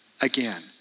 again